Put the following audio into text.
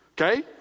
okay